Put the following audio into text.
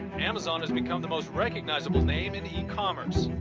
amazon has become the most recognizable name in e-commerce.